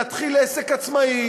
להתחיל עסק עצמאי